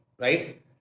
right